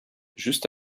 juste